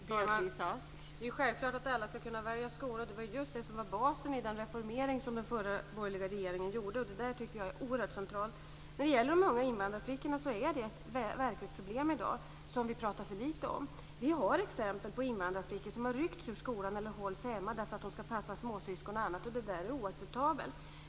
Fru talman! Det är självklart att alla ska kunna välja skola. Det var just det som var basen i den reformering som den förra borgerliga regeringen gjorde. Det tycker jag är oerhört centralt. De unga invandrarflickornas situation är ett verkligt problem i dag som vi pratar för lite om. Vi har exempel på invandrarflickor som har ryckts ur skolan eller hållits hemma därför att de ska passa småsyskon och annat. Det är oacceptabelt.